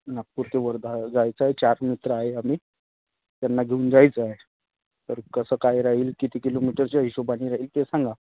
नागपूर ते वर्धा जायचं आहे चार मित्र आहे आम्ही त्यांना घेऊन जायचं आहे तर कसं काय राहील किती किलोमीटरच्या हिशेबाने राहील ते सांगा